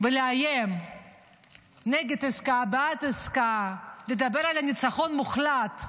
ולאיים נגד עסקה, בעד עסקה, לדבר על ניצחון מוחלט,